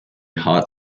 hot